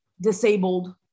disabled